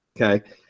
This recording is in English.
Okay